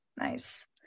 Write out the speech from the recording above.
Nice